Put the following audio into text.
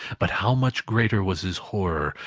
but how much greater was his horror,